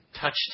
touched